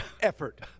effort